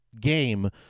game